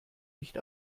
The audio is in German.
nicht